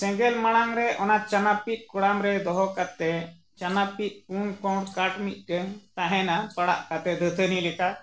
ᱥᱮᱸᱜᱮᱞ ᱢᱟᱲᱟᱝ ᱨᱮ ᱚᱱᱟ ᱪᱟᱱᱟᱯᱤᱫ ᱠᱚᱲᱟᱢ ᱨᱮ ᱫᱚᱦᱚ ᱠᱟᱛᱮᱫ ᱪᱟᱱᱟᱯᱤᱫ ᱩᱱ ᱠᱩ ᱦᱚᱸ ᱠᱟᱴ ᱢᱤᱫᱴᱮᱱ ᱛᱟᱦᱮᱱᱟ ᱯᱟᱲᱟᱜ ᱠᱟᱛᱮᱫ ᱫᱟᱹᱛᱟᱹᱱᱤ ᱞᱮᱠᱟ